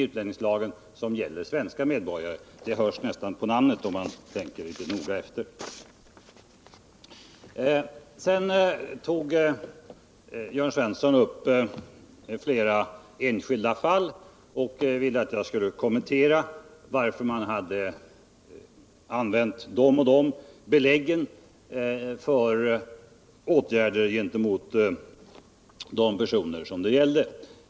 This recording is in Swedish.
Jörn Svensson tog upp flera enskilda fall och ville att jag skulle kommentera varför man hade använt de och de beläggen för åtgärder gentemot de personer som det gällde.